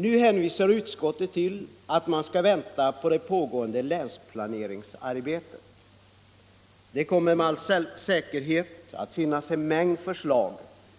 Nu hänvisar utskottet till att man skall vänta på det pågående länsplaneringsarbetet. Det kommer med all säkerhet att finnas en mängd förslag